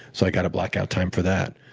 so i've got to block out time for that.